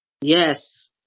yes